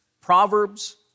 Proverbs